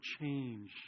change